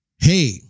hey